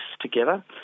together